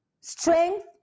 strength